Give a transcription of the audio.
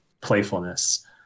playfulness